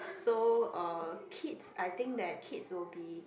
so uh kids I think that kids will be